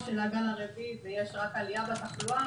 של הגל הרביעי ויש רק עלייה בתחלואה,